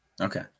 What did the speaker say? okay